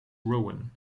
rowan